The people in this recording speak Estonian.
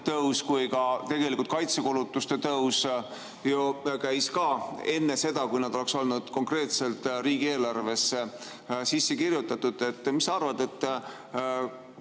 tõus kui ka kaitsekulutuste tõus käis ju ka enne seda, kui nad oleks olnud konkreetselt riigieelarvesse sisse kirjutatud. Mis sa arvad, kas